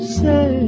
say